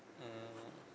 mmhmm